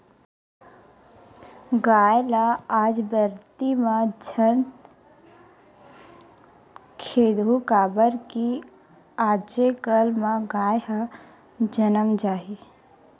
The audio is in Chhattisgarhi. गाय ल आज बरदी म झन खेदहूँ काबर कि आजे कल म गाय ह जनम जाही